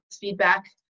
feedback